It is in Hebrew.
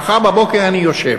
כן, מחר בבוקר אני יושב.